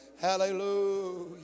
Hallelujah